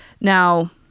Now